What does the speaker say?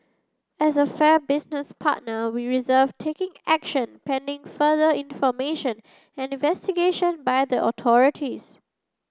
as a fair business partner we reserved taking action pending further information and investigation by the authorities